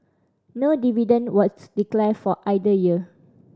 no dividend declared for either year